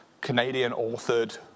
Canadian-authored